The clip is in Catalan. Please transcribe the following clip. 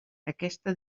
aquesta